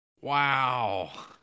Wow